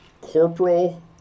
Corporal